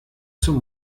zur